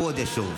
הוא עוד ישוב.